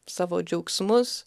savo džiaugsmus